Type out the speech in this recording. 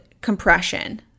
compression